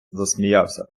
засміявся